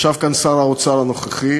ישב כאן שר האוצר הנוכחי,